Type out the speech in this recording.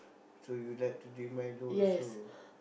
so you like to drink Milo also